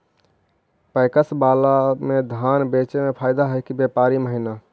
PACS बाला में धान बेचे मे फायदा है कि व्यापारी महिना?